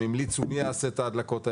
הם המליצו מי יעשה את ההדלקות האלה.